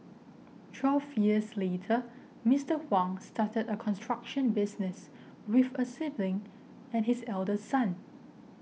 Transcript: twelve years later Mister Huang started a construction business with a sibling and his eldest son